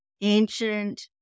ancient